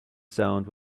sound